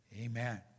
amen